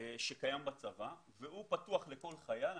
שקיים בצבא והוא פתוח לכל חייל.